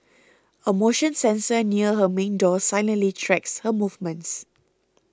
a motion sensor near her main door silently tracks her movements